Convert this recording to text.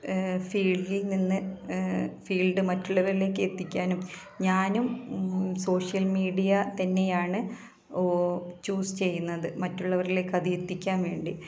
ഫീൽഡിൽ നിന്ന് ഫീൽഡ് മറ്റുള്ളവരിലേക്ക് എത്തിക്കാനും ഞാനും സോഷ്യൽ മീഡിയ തന്നെയാണ് ഓഹ് ചൂസ് ചെയ്യുന്നത് മറ്റുള്ളവരിലേക്കത് എത്തിക്കാൻ വേണ്ടി